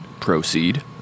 Proceed